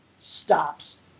stops